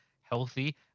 healthy